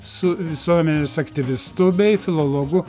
su visuomenės aktyvistu bei filologu